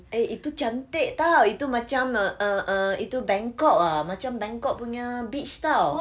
eh itu cantik [tau] itu macam uh uh uh itu bangkok ah macam bangkok punya beach [tau]